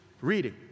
reading